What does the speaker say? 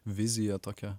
vizija tokia